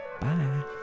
bye